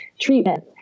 treatment